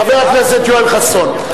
חבר הכנסת יואל חסון.